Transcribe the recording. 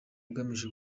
ugamije